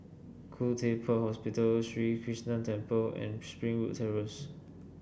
Khoo Teck Puat Hospital Sri Krishnan Temple and Springwood Terrace